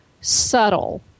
subtle